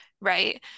right